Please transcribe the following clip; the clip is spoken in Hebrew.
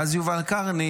ואז, יובל קרני,